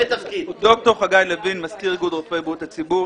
ד"ר חגי לוין, מזכיר איגוד רופאי בריאות הציבור.